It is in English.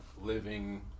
living